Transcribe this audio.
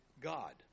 God